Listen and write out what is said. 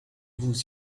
vous